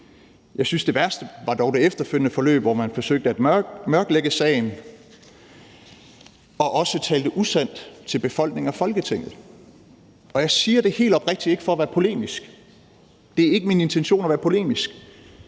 Jeg synes dog, at det værste var det efterfølgende forløb, hvor man forsøgte at mørklægge sagen og også talte usandt til befolkningen og Folketinget. Jeg siger det helt oprigtigt ikke for at være polemisk, for det er ikke min intention at være polemisk,